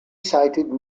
cited